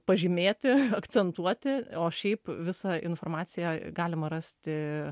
pažymėti akcentuoti o šiaip visą informaciją galima rasti